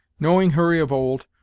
knowing hurry of old,